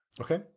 Okay